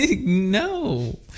No